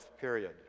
period